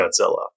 Godzilla